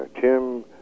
Tim